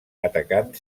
atacant